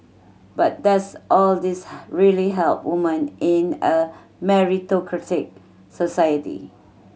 but does all this really help woman in a meritocratic society